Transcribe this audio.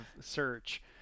search